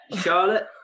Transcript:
Charlotte